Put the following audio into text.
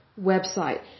website